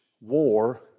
war